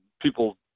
people